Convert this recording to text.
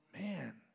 Man